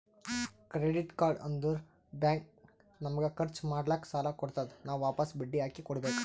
credit card ಅಂದುರ್ bank ನಮಗ ಖರ್ಚ್ ಮಾಡ್ಲಾಕ್ ಸಾಲ ಕೊಡ್ತಾದ್, ನಾವ್ ವಾಪಸ್ ಬಡ್ಡಿ ಹಾಕಿ ಕೊಡ್ಬೇಕ